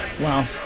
Wow